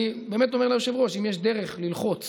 אני באמת אומר ליושב-ראש: אם יש דרך ללחוץ